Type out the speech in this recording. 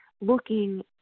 looking